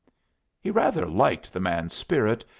he rather liked the man's spirit,